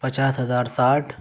پچاس ہزار ساٹھ